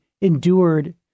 endured